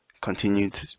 continued